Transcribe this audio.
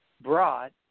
brought